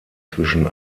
zwischen